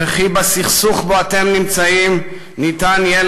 וכי בסכסוך שבו אתם נמצאים ניתן יהיה